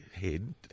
head